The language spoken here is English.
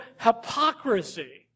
hypocrisy